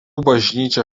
bažnyčia